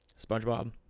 Spongebob